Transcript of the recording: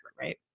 right